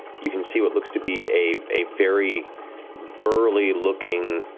you can see what looks to be a very burly looking